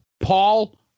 Paul